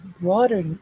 broader